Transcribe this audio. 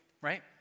right